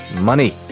money